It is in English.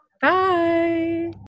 Bye